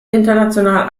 international